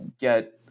get